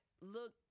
look